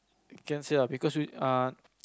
can't say lah because usually